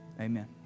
Amen